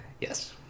yes